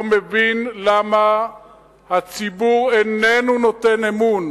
לא מבין למה הציבור איננו נותן אמון